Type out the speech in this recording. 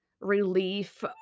relief